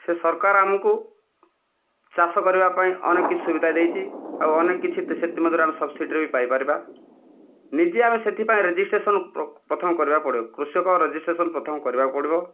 ସେ ସରକାର ଆମକୁ ଚାଷ କରିବା ପାଇଁ ଅନେକ କିଛି ସୁବିଧା ଦେଇଛି ଆଉ ଅନେକ କିଛି ସେଥି ମଧ୍ୟରୁ ଆମେ ସବସିଡ଼ିରେ ବି ପାଇପାରିବା ନିଜେ ଆମେ ସେଥିପାଇଁ ରେଜିଷ୍ଟ୍ରେସନ ପ୍ରଥମେ କରିବାକୁ ପଡ଼ିବ କୃଷକ ରେଜିଷ୍ଟ୍ରେସନ ପ୍ରଥମେ କରିବାକୁ ପଡ଼ିବ